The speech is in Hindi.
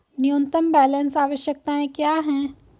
न्यूनतम बैलेंस आवश्यकताएं क्या हैं?